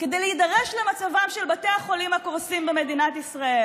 כדי להידרש למצבם של בתי החולים הקורסים במדינת ישראל.